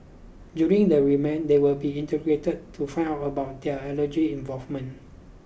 during the remand they will be interrogated to find out about their alleged involvement